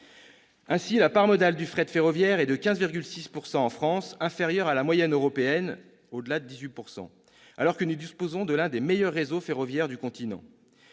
Ainsi, la part modale du fret ferroviaire, de 15,6 % en France, est inférieure à la moyenne européenne, qui atteint 18,3 %, alors même que nous disposons de l'un des meilleurs réseaux ferroviaires du continent.